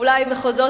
ואולי מחוזות,